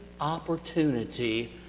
opportunity